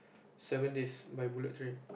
seven days by bullet train